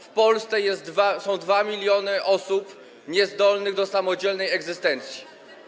W Polsce są 2 mln osób niezdolnych do samodzielnej egzystencji.